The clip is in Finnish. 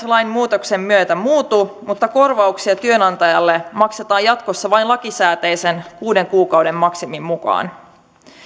lain muutoksen myötä muutu mutta korvauksia työnantajalle maksetaan jatkossa vain lakisääteisen kuuden kuukauden maksimin mukaan